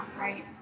Right